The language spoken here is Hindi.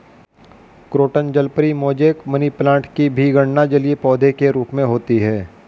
क्रोटन जलपरी, मोजैक, मनीप्लांट की भी गणना जलीय पौधे के रूप में होती है